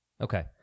Okay